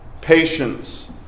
patience